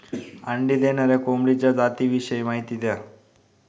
अंडी देणाऱ्या कोंबडीच्या जातिविषयी माहिती द्या